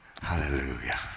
Hallelujah